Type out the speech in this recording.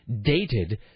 Dated